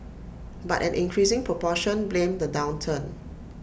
but an increasing proportion blamed the downturn